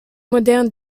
moderne